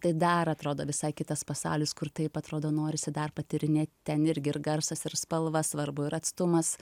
tai dar atrodo visai kitas pasaulis kur taip atrodo norisi dar patyrinėt ten irgi ir garsas ir spalva svarbu ir atstumas